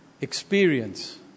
experience